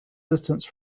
distance